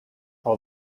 all